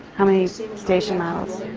how many station models?